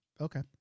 Okay